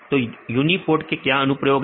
तो यूनीपोर्ट के अनुप्रयोग क्या है